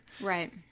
Right